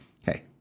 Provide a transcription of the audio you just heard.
hey